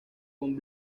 con